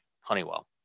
Honeywell